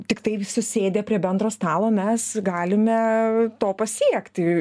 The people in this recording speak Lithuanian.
tiktai susėdę prie bendro stalo mes galime to pasiekti